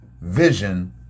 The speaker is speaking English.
vision